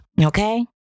Okay